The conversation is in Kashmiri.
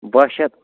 باہ شیٚتھ